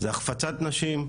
זה החפצת נשים,